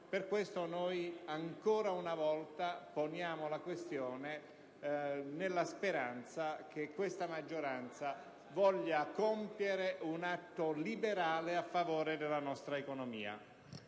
Per questo motivo, poniamo ancora una volta la questione, nella speranza che questa maggioranza voglia compiere un atto liberale a favore della nostra economia.